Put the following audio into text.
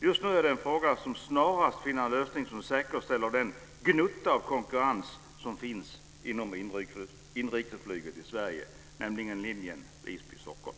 Just nu är det en fråga som snarast bör finna en lösning som säkerställer den gnutta av konkurrens som finns inom inrikesflyget i Sverige, nämligen linjen Visby-Stockholm.